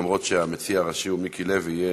אף שהמציע הראשי הוא מיקי לוי,